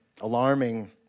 alarming